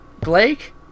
Blake